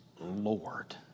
Lord